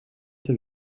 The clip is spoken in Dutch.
ter